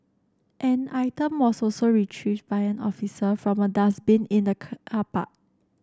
an item was also retrieved by an officer from a dustbin in the park